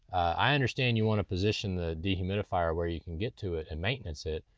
i understand you want to position the dehumidifier where you can get to it and maintenance it,